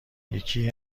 یکی